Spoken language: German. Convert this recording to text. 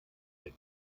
der